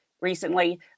recently